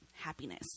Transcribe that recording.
happiness